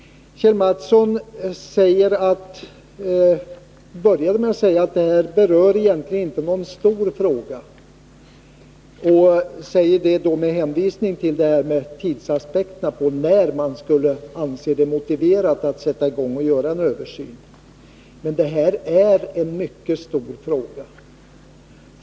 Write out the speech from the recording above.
Kjell Mattsson började med att säga att det här egentligen inte är någon stor fråga och hänvisade till tidsaspekterna på när man skulle anse det motiverat att sätta i gång med en översyn. Men det här är en mycket stor fråga.